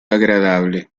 agradable